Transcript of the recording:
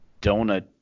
donut